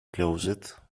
closet